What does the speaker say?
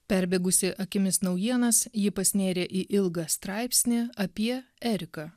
perbėgusi akimis naujienas ji pasinėrė į ilgą straipsnį apie eriką